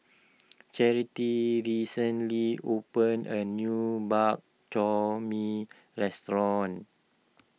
Charity recently opened a new Bak Chor Mee restaurant